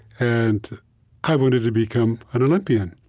and i wanted to become an olympian.